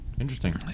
Interesting